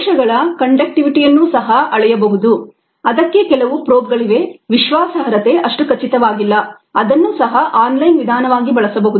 ಕೋಶಗಳ ಕಂಡಕ್ಟಿವಿಟಿ ಯನ್ನು ಸಹ ಅಳೆಯಬಹುದು ಅದಕ್ಕೆ ಕೆಲವು ಪ್ರೋಬ್ಗಳಿವೆ ವಿಶ್ವಾಸಾರ್ಹತೆ ಅಷ್ಟು ಖಚಿತವಾಗಿಲ್ಲ ಅದನ್ನು ಸಹ ಆನ್ ಲೈನ್ ವಿಧಾನವಾಗಿ ಬಳಸಬಹುದು